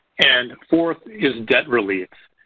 and fourth is debt relief.